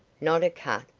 not a cut?